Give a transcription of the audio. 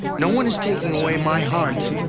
no one is taking away my heart.